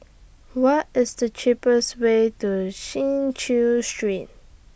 What IS The cheapest Way to Chin Chew Street